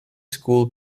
school